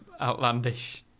outlandish